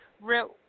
real